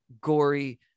gory